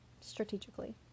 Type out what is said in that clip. strategically